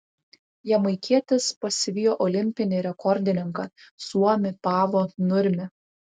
jamaikietis pasivijo olimpinį rekordininką suomį paavo nurmį